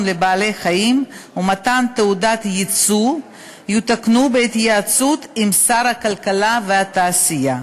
לבעלי-חיים ומתן תעודת ייצוא יותקנו בהתייעצות עם שר הכלכלה והתעשייה.